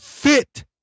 Fit